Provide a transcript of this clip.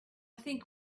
think